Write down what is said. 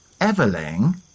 Everling